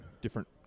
different